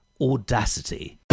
Audacity